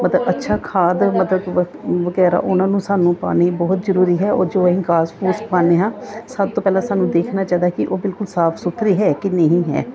ਮਤਲਬ ਅੱਛਾ ਖਾਦ ਮਤਲਬ ਕਿ ਵਗੈਰਾ ਉਹਨਾਂ ਨੂੰ ਸਾਨੂੰ ਪਾਉਣੀ ਬਹੁਤ ਜ਼ਰੂਰੀ ਹੈ ਔਰ ਜੋ ਅਸੀਂ ਘਾਹ ਪੂਸ ਪਾਉਂਦੇ ਹਾਂ ਸਭ ਤੋਂ ਪਹਿਲਾਂ ਸਾਨੂੰ ਦੇਖਣਾ ਚਾਹੀਦਾ ਕਿ ਉਹ ਬਿਲਕੁਲ ਸਾਫ ਸੁਥਰੀ ਹੈ ਕਿ ਨਹੀਂ ਹੈ